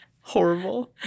Horrible